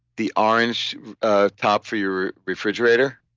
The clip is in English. the orange ah top for your refrigerator.